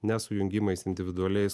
ne sujungimais individualiais